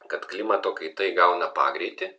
kad klimato kaita įgauna pagreitį